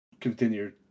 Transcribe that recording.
continue